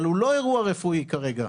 אבל הוא לא אירוע רפואי כרגע.